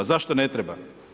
Zašto ne treba?